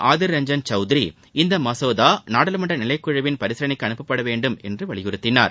ஆதீர் ரஞ்சன் சவுத்ரி இம்மசோதா நாடாளுமன்ற நிலைக்குழுவின் பரிசீலனைக்கு அனுப்பப்பட வேண்டும் என்று வலியுறுத்தினார்